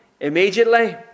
immediately